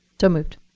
so moved.